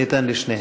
ניתן לשניהם.